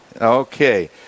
Okay